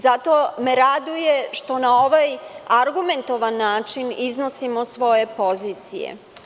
Zato me raduje što na ovaj argumentovan način iznosimo svoje pozicije.